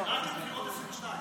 זה רק לבחירות לעשרים-ושתיים?